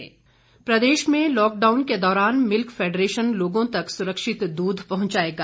milk federation प्रदेश में lockdown के दौरान मिल्क फैडरेशन लोगों तक सुरक्षित दूध पहुंचाएगा